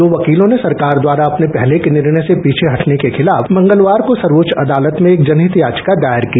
दो वकीलों ने सरकार द्वारा अपने पहले के निर्णय से पीछे हटने को खिलाफ मंगलवार को सर्वोच्च अदालत मे एक जनहित याचिका दायर की